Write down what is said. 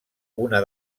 una